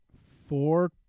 four